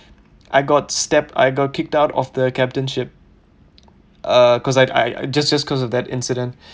I got stepped I got kicked out of the captainship uh cause I I just just cause of that incident